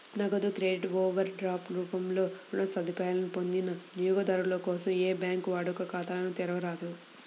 నగదు credit, overdraft రూపంలో రుణ సదుపాయాలను పొందిన వినియోగదారుల కోసం ఏ బ్యాంకూ వాడుక ఖాతాలను తెరవరాదు